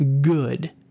good